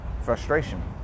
Frustration